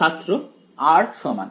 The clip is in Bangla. ছাত্র r সমান